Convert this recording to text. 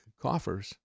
coffers